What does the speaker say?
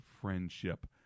friendship